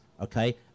okay